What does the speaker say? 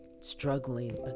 struggling